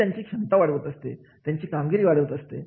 हे त्यांची क्षमता वाढवत असते त्यांची कामगिरी वाढवत असते